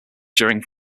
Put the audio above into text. during